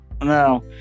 No